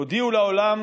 הודיעו לעולם